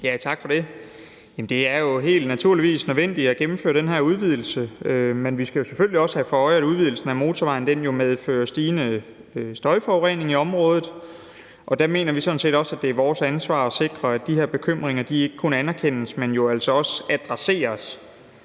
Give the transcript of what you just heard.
Tak for det. Det er naturligvis nødvendigt at gennemføre den her udvidelse, men vi skal selvfølgelig også have for øje, at udvidelsen af motorvejen medfører en stigende støjforurening i området. Der mener vi sådan set også, at det er vores ansvar at sikre, at de her bekymringer ikke kun anerkendes, men jo altså også adresseres.